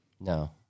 No